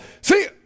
See